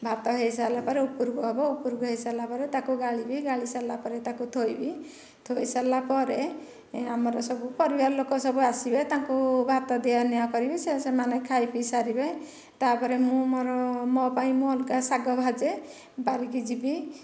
ଭାତ ହେଇସାରିଲାପରେ ଉପରକୁ ହେବ ଉପରକୁ ହେଇସାରିଲା ପରେ ତାକୁ ଗାଳିବି ଗାଳି ସାରିଲା ପରେ ତାକୁ ଥୋଇବି ଥୋଇସାରିଲାପରେ ଆମର ସବୁ ପରିବାରଲୋକ ସବୁ ଆସିବେ ତାଙ୍କୁ ଭାତ ଦିଆ ନିଆ କରିବି ସେମାନେ ଖାଇପିଇ ସାରିବେ ତାପରେ ମୁଁ ମୋର ମୋ ପାଇଁ ମୁଁ ଅଲଗା ଶାଗ ଭାଜେ ବାରିକି ଯିବି